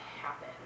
happen